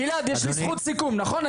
גלעד, גלעד יש לי זכות סיכום נכון?